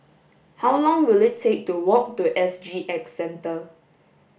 how long will it take to walk to S G X Centre